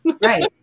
right